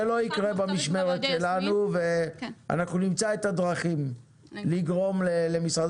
זה לא יקרה במשמרת שלנו ואנחנו נמצא את הדרכים לגרום למשרד